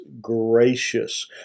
gracious